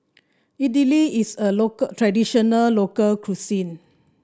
Idly is a local traditional local cuisine